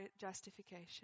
justification